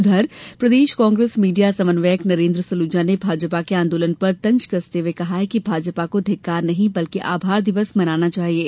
उधर प्रदेश कांग्रेस मीडिया समन्वयक नरेन्द्र सलूजा ने भाजपा के आन्दोलन पर तंज कसते हुए कहा कि भाजपा को धिक्कार नहीं बल्कि आभार दिवस मनना चाहिये